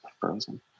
Frozen